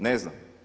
Ne znam.